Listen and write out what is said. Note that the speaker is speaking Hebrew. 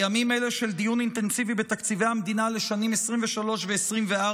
בימים אלה של דיון אינטנסיבי בתקציבי המדינה לשנים 2023 ו-2024,